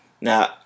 Now